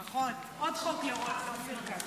נכון, עוד חוק של אופיר כץ.